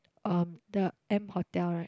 um the M-Hotel right